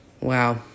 Wow